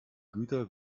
güter